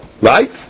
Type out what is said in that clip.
right